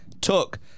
took